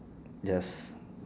just